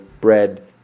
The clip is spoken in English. bread